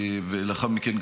ולאחר מכן,